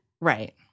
Right